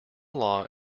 law